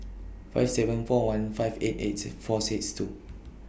five seven four one five eight eight six four six two